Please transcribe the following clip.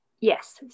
Yes